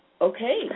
Okay